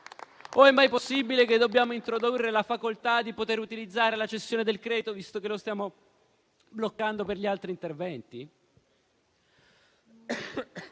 È mai possibile che dobbiamo introdurre la facoltà di poter utilizzare la cessione del credito, visto che lo stiamo bloccando per gli altri interventi?